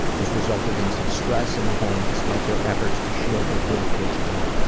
this resulted in some stress in the home despite their efforts to shield their four kids from it.